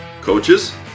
Coaches